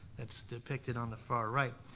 that's depicted on the far right.